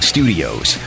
Studios